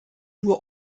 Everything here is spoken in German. nur